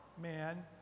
man